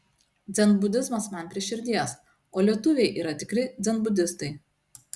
dzenbudizmas man prie širdies o lietuviai yra tikri dzenbudistai